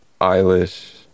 Eilish